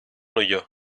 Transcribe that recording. huyó